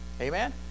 Amen